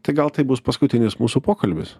tai gal tai bus paskutinis mūsų pokalbis